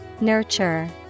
Nurture